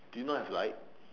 do you not have light